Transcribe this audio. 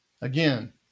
again